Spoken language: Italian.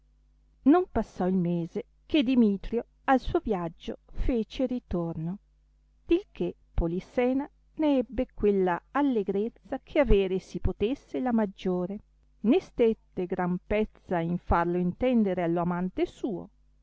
non passò il mese che dimitrio al suo viaggio fece ritorno dil che polissena ne ebbe quella allegrezza che avere si potesse la maggiore né stette gran pezza in farlo intendere allo amante suo